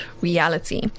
reality